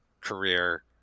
career